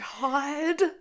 God